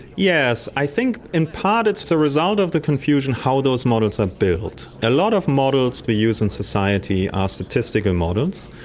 yes, i think in part it's the result of the confusion, how those models are built. a lot of models we use in society are statistical models,